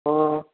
હં